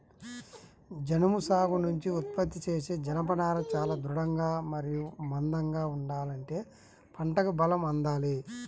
జనుము సాగు నుంచి ఉత్పత్తి చేసే జనపనార చాలా దృఢంగా మరియు మందంగా ఉండాలంటే పంటకి బలం అందాలి